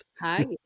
Hi